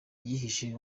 yihishe